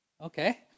Okay